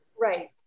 right